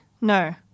no